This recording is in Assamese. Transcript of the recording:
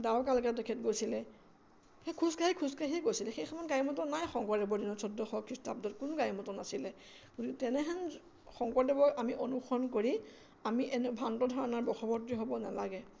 দ্বাৰকালৈকে তেখেত গৈছিলে সেই খোজকাঢ়ি খোজকাঢ়ি গৈছিলে সেইখনত গাড়ী মটৰ নাই শংকৰদেৱৰ দিনত চৈধ্যশ খৃষ্টাব্দত কোনো গাড়ী মটৰ নাছিলে গতিকে তেনেহেন শংকৰদেৱৰ আমি অনুসৰণ কৰি আমি এনে ভ্ৰান্ত ধাৰণাৰ বশৱৰ্তী হ'ব নালাগে